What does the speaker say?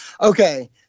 Okay